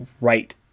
right